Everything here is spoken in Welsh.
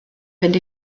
fynd